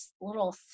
little